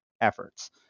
efforts